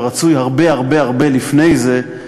ורצוי הרבה הרבה הרבה לפני זה,